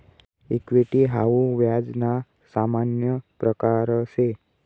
equity हाऊ व्याज ना सामान्य प्रकारसे